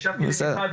הקשבתי למיכל,